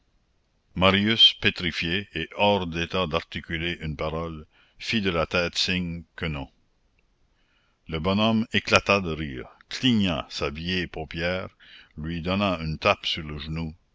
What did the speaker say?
marius pétrifié et hors d'état d'articuler une parole fit de la tête signe que non le bonhomme éclata de rire cligna sa vieille paupière lui donna une tape sur le genou